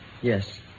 Yes